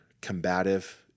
combative